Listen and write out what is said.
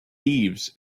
thieves